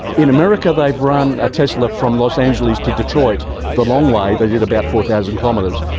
in america they've run a tesla from los angeles to detroit the long way, they did about four thousand kilometres,